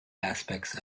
aspects